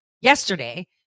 yesterday